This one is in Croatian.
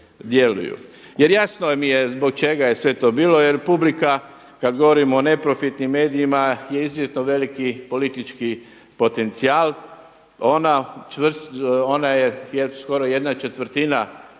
Jer jasno mi je zbog čega je sve to bilo, jer publika kada govorimo ne neprofitnim medijima je izuzetno veliki politički potencijal. Ona je skoro 1/4 ukupne politike